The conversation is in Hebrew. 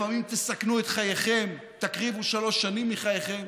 לפעמים תסכנו את חייכם, תקריבו שלוש שנים מחייכם,